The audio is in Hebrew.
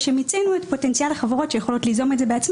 או-טו-טו ל"ג בעומר.